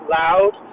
loud